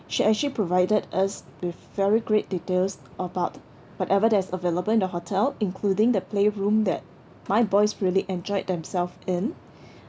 she actually provided us with very great details about whatever that's available in the hotel including the playroom that my boys really enjoyed themselves in